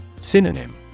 Synonym